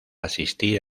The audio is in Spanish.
asistir